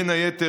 בין היתר,